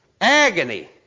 agony